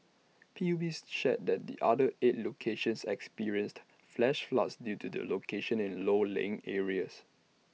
PUB's shared that the other eight locations experienced flash floods due to their locations in low lying areas